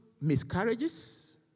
miscarriages